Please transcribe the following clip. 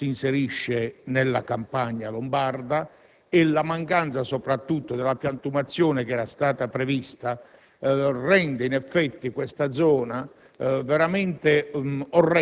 però lo svincolo si inserisce nella campagna lombarda e soprattutto la mancanza della piantumazione, che era stata prevista, rende in effetti la zona